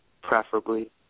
Preferably